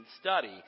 study